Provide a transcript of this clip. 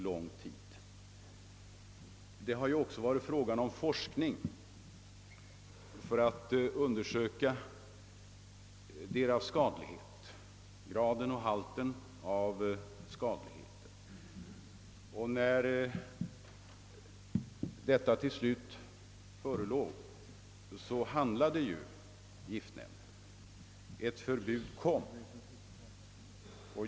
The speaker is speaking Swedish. Det har också varit nödvändigt att utföra ett ingående forskningsarbete för att undersöka graden och halten av skadligheten när det gäller dessa medel. När beskedet till slut förelåg handlade giftnämnden; ett förbud kom.